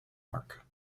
work